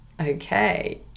Okay